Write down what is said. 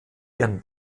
ihren